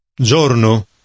Giorno